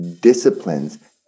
disciplines